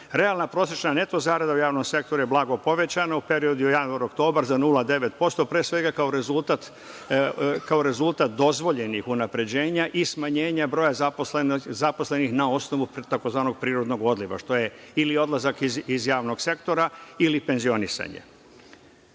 Realna prosečna neto zarada u javnom sektoru je blago povećana u periodu januar-oktobar za 0,9%, pre svega kao rezultat dozvoljenih unapređenja i smanjenja broja zaposlenih na osnovu tzv. prirodnog odliva, što je ili odlazak iz javnog sektora ili penzionisanje.